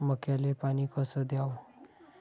मक्याले पानी कस द्याव?